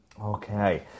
Okay